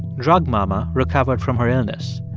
drug mama recovered from her illness.